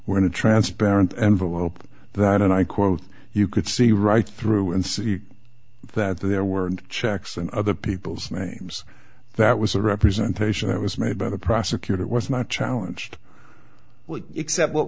in a transparent envelope that and i quote you could see right through and see that there were checks and other people's names that was a representation that was made by the prosecutor it was not challenged except what